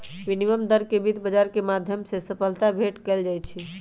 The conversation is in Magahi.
विनिमय दर के वित्त बाजार के माध्यम से सबलता भेंट कइल जाहई